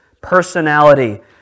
personality